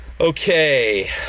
okay